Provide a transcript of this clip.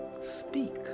speak